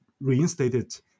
reinstated